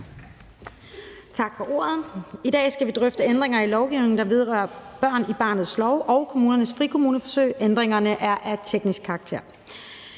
Tak for ordet. I dag skal vi drøfte ændringer i lovgivningen, der vedrører børn i barnets lov og kommunernes frikommuneforsøg. Ændringerne er af teknisk karakter.